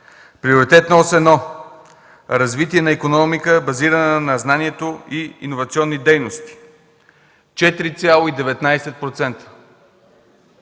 Приоритетна ос 1 – развитие на икономика, базирана на знанието и иновационни дейности 4,19%.